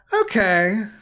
okay